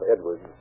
Edward